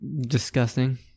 Disgusting